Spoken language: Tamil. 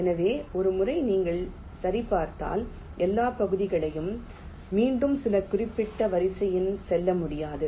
எனவே ஒரு முறை நீங்கள் சரிபார்த்தால் எல்லா பகுதிகளையும் மீண்டும் சில குறிப்பிட்ட வரிசையில் செல்ல முடியாது